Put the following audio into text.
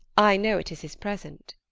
i know it is his present.